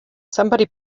somebody